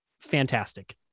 fantastic